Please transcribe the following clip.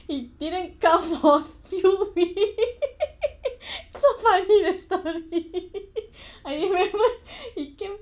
he didn't come for few weeks so funny the story I remember he came